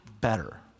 better